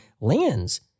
lands